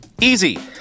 Easy